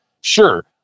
sure